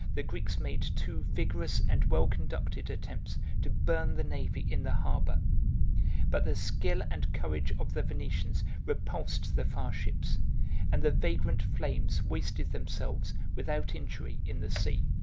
the greeks made two vigorous and well-conducted attempts to burn the navy in the harbor but the skill and courage of the venetians repulsed the fire-ships and the vagrant flames wasted themselves without injury in the sea.